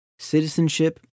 citizenship